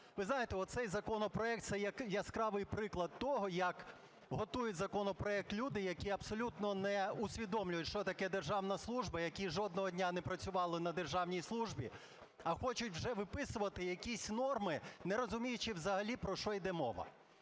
Ви знаєте, цей законопроект – це яскравий приклад того, як готують законопроект люди, які абсолютно не усвідомлюють, що таке державна служба, які жодного дня не працювали на державній службі, а хочуть вже виписувати якісь норми, не розуміючи взагалі, про що йде мова.